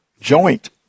joint